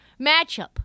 matchup